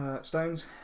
Stones